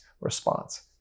response